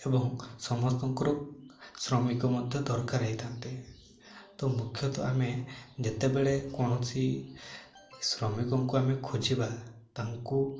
ଏବଂ ସମସ୍ତଙ୍କର ଶ୍ରମିକ ମଧ୍ୟ ଦରକାର ହେଇଥାନ୍ତି ତ ମୁଖ୍ୟତଃ ଆମେ ଯେତେବେଳେ କୌଣସି ଶ୍ରମିକଙ୍କୁ ଆମେ ଖୋଜିବା ତାଙ୍କୁ